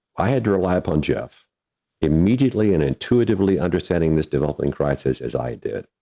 i had to rely upon jeff immediately and intuitively understanding this developer in crisis as i did,